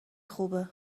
خوبه